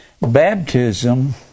baptism